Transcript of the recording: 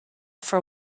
for